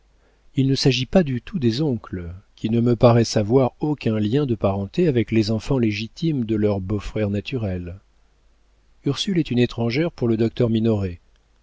il ne s'agit pas du tout des oncles qui ne me paraissent avoir aucun lien de parenté avec les enfants légitimes de leurs beaux-frères naturels ursule est une étrangère pour le docteur minoret